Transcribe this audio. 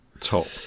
Top